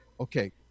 okay